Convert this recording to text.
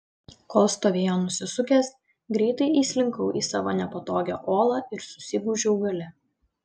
kol stovėjo nusisukęs greitai įslinkau į savo nepatogią olą ir susigūžiau gale